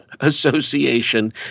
Association